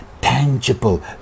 tangible